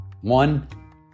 One